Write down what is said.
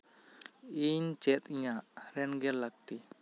ᱤᱧ ᱪᱮᱫ ᱤᱧᱟᱹᱜ ᱨᱮᱱ ᱜᱮ ᱞᱟᱹᱠᱛᱤ